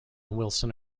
wilson